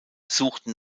suchten